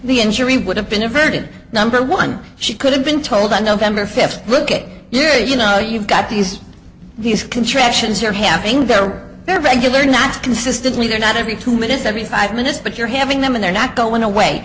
the injury would have been averted number one she could been told that november fifth look at your you know you've got these these contractions you're having there are there regularly not consistently they're not every two minutes every five minutes but you're having them and they're not going away